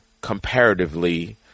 comparatively